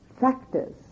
factors